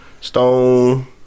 Stone